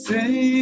Say